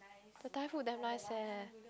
the Thai food damn nice eh